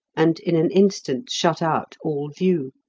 and in an instant shut out all view.